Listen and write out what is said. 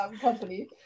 company